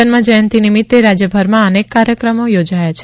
જન્મજયંતિ નિમિત્તે રાજ્યભરમાં અનેક કાર્યક્રમો યોજાયા છે